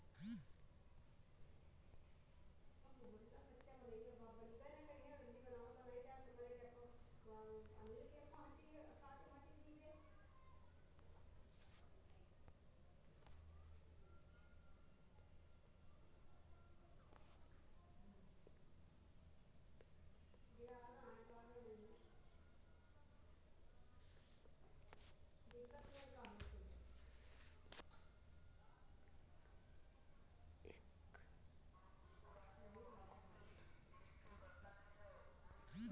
microeconomics मानव व्यवहार पर आधारित विभिन्न प्रकार के मॉडलों का निर्माण करता है